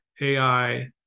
AI